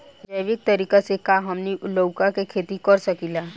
जैविक तरीका से का हमनी लउका के खेती कर सकीला?